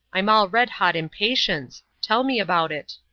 i'm all red-hot impatience tell me about it!